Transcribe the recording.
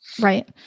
Right